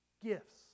gifts